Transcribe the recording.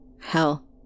Hell